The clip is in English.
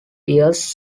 years